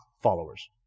followers